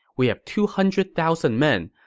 we have two hundred thousand men.